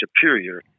superior